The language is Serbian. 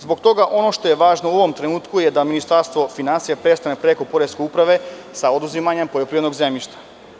Zbog toga, ono što je važno u ovom trenutku je da Ministarstvo finansija prestane, preko poreske uprave, sa oduzimanjem poljoprivrednog zemljišta.